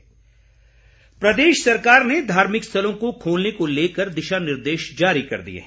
दिशा निर्देश प्रदेश सरकार ने धार्मिक स्थलों को खोलने को लेकर दिशा निर्देश जारी कर दिए हैं